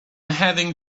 heading